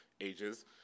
ages